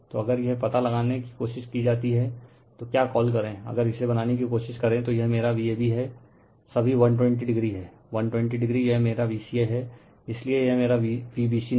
तो अगर यह पता लगाने की कोशिश की जाती हैं तो क्या कॉल करे अगर इसे बनाने कि कोशिश करें तो यह मेरा Vab हैं सभी 120o है 120 यह मेरा Vca है इसलिए यह मेरा Vbc नहीं